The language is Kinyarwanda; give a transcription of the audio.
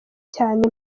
cyane